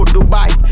Dubai